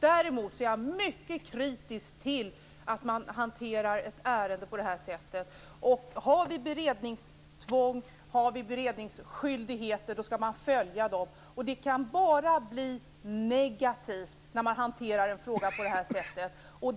Däremot är jag mycket kritisk till att man hanterar ett ärende på det här sättet. Har vi beredningstvång och beredningsskyldighet skall man fullfölja det. Det kan bara bli negativt när man hanterar en fråga på det här sättet.